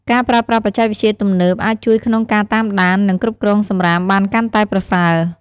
ការប្រើប្រាស់បច្ចេកវិទ្យាទំនើប អាចជួយក្នុងការតាមដាន និងគ្រប់គ្រងសំរាមបានកាន់តែប្រសើរ។